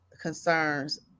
concerns